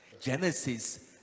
Genesis